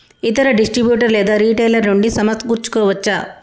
ఇతర డిస్ట్రిబ్యూటర్ లేదా రిటైలర్ నుండి సమకూర్చుకోవచ్చా?